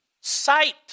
sight